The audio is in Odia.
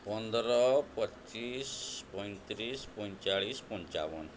ପନ୍ଦର ପଚିଶ ପଇଁତିରିଶ ପଇଁଚାଳିଶ ପଞ୍ଚାବନ